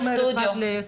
מה זה אומר אחד לעשר?